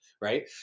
right